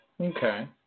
Okay